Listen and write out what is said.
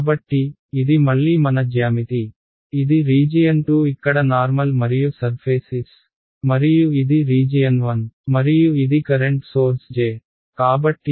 కాబట్టి ఇది మళ్లీ మన జ్యామితి ఇది రీజియన్ 2 ఇక్కడ నార్మల్ మరియు సర్ఫేస్ S మరియు ఇది రీజియన్ 1 మరియు ఇది కరెంట్ సోర్స్ J